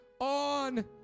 on